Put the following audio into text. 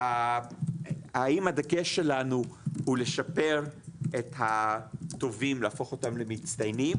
האם הדגש שלנו הוא לשפר את הטובים ולהפוך אותם למצטיינים